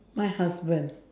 my husband